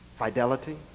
Fidelity